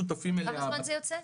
שותפים אליה --- עוד כמה זמן זה יוצא?